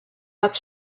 bat